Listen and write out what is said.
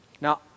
Now